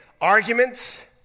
arguments